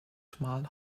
schmal